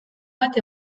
bat